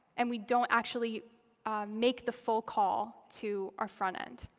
and we don't actually make the full call to our front end.